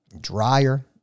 drier